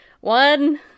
One